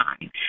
time